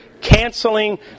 canceling